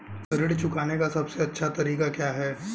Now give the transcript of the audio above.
ऋण चुकाने का सबसे अच्छा तरीका क्या है?